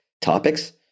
topics